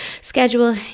schedule